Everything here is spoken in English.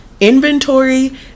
Inventory